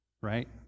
right